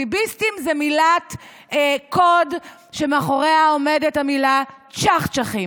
"ביביסטים" זאת מילת קוד שמאחוריה עומדת המילה "צ'חצ'חים",